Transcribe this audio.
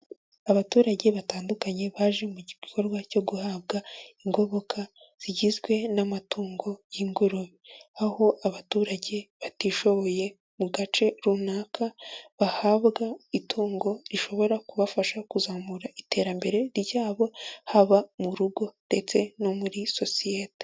Abaturage batandukanye baje mu gikorwa cyo guhabwa ingoboka zigizwe n'amatungo y'ingurube, aho abaturage batishoboye mu gace runaka bahabwa itungo rishobora kubafasha kuzamura iterambere ryabo, haba mu rugo ndetse no muri sosiyete.